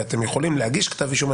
ואתם יכולים להגיש כתב אישום,